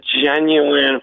genuine